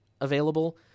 available